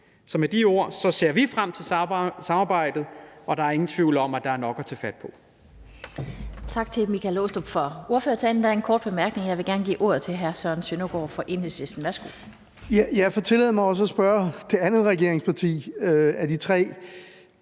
Så med de ord ser vi frem til samarbejdet, og der er ingen tvivl om, at der er nok at tage fat på.